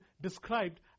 described